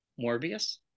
Morbius